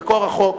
מקור החוק.